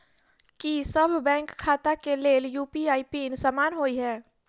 की सभ बैंक खाता केँ लेल यु.पी.आई पिन समान होइ है?